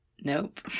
nope